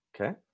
Okay